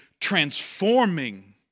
transforming